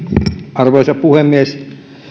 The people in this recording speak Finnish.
arvoisa puhemies